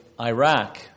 Iraq